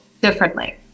differently